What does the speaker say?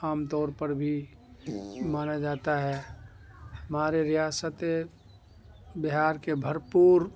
عام طور پر بھی مارا جاتا ہے ہمارے ریاست بہار کے بھرپور